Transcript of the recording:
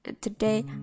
today